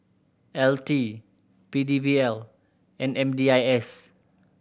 L T P D L and M D I S